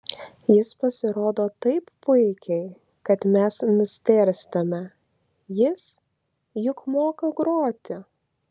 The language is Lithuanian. jis pasirodo taip puikiai kad mes nustėrstame jis juk moka groti